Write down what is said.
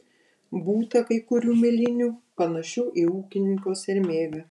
būta kai kurių milinių panašių į ūkininko sermėgą